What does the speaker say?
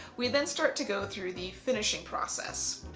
we then start to go through the finishing process.